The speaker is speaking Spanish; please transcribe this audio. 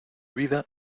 vida